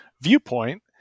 viewpoint